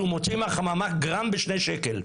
שהוא מוציא מהחממה גרם אחד בשני שקלים.